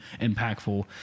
impactful